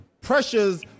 pressures